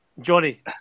Johnny